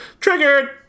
triggered